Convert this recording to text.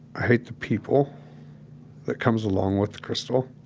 i hate the people that comes along with the crystal.